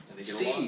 Steve